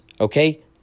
Okay